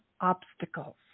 obstacles